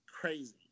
crazy